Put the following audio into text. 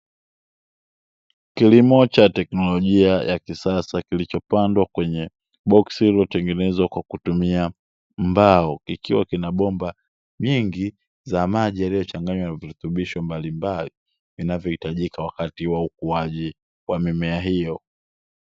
Kilimo cha teknolojia ya kisasa kilichopandwa kwenye boksi iliyotengenezwa kwa kutumia mbao, ikiwa kina bomba nyingi za maji yaliyochanganywa virutubisho mbalimbali vinavyohitajika wakati wa ukuaji wa mimea hiyo.